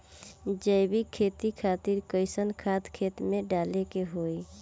जैविक खेती खातिर कैसन खाद खेत मे डाले के होई?